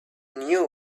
knew